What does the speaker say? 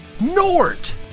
Nort